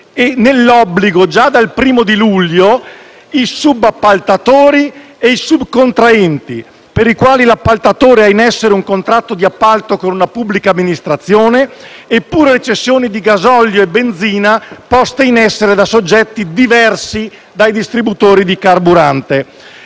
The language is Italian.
nell'obbligo, già dal 1° luglio, i subappaltatori e i subcontraenti, per i quali l'appaltatore ha in essere un contratto di appalto con la pubblica amministrazione e le cessioni di gasolio e benzina poste in essere da soggetti diversi dai distributori di carburante.